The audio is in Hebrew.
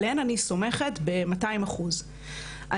עליהן אני סומכת במאתיים אחוז,